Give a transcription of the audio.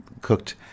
cooked